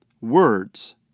Words